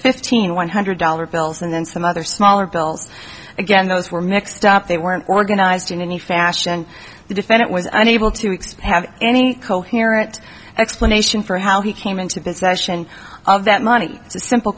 fifteen one hundred dollars bills and then some other smaller bills again those were mixed up they weren't organized in any fashion the defendant was unable to expand have any coherent explanation for how he came into possession of that money